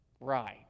right